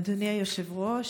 אדוני היושב-ראש,